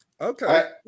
Okay